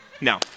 No